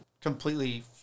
completely